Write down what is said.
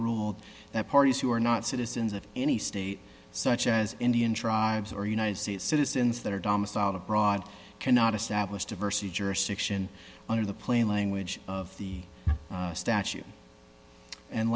ruled that parties who are not citizens of any state such as indian tribes or united states citizens that are domiciled abroad cannot establish diversity jurisdiction under the plain language of the statute and